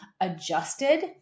adjusted